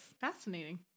Fascinating